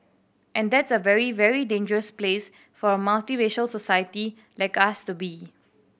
and that's a very very dangerous place for a multiracial society like us to be